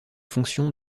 fonction